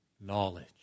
knowledge